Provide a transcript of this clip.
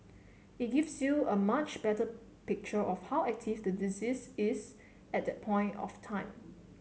it gives you a much better picture of how active the disease is at that point of time